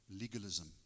legalism